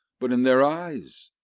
but in their eyes.